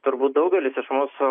turbūt daugelis iš mūsų